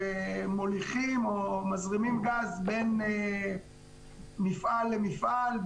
שמוליכים או מזרימים גז בין מפעל למפעל,